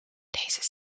deze